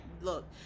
look